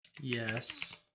Yes